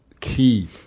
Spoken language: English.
key